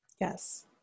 Yes